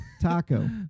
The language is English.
Taco